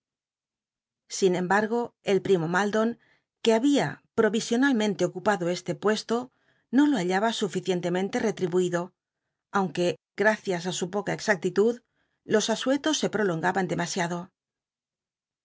sin embargo el lll'imo lialdon que babia jli'ovisionalmente ocupado este puesto no lo hallaba suficientemente retribuido aunque gracias ü su poca exactitud los asuetos se prolonga ban demasiado